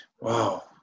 Wow